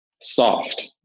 Soft